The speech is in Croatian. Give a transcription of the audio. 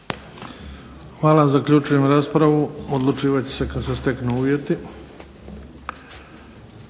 Hvala. Zaključujem raspravu. Odlučivat će se kada se steknu uvjeti.